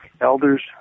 elders